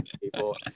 people